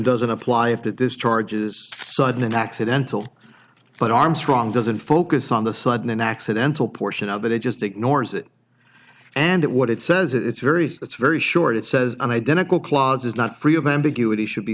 doesn't apply if that this charges sudden accidental but armstrong doesn't focus on the sudden an accidental portion of it it just ignores it and at what it says it's very it's very short it says an identical clause is not free of ambiguity should be